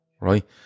right